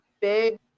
big